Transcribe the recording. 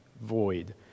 void